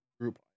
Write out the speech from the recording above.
group